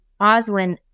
Oswin